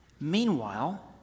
Meanwhile